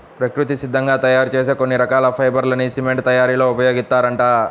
ప్రకృతి సిద్ధంగా తయ్యారు చేసే కొన్ని రకాల ఫైబర్ లని సిమెంట్ తయ్యారీలో ఉపయోగిత్తారంట